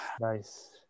nice